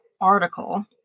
article